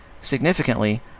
Significantly